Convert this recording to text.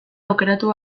aukeratu